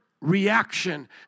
reaction